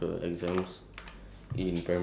about exams have you heard about it